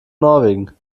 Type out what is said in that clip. norwegen